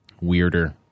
weirder